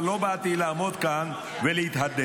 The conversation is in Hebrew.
אבל לא באתי לעמוד כאן ולהתהדר.